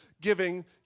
giving